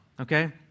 okay